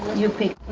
you pick.